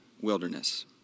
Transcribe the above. wilderness